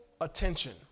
attention